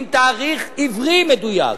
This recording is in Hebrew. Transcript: עם תאריך עברי מדויק,